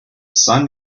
sun